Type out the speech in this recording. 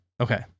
Okay